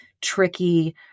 tricky